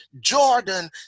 Jordan